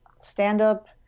stand-up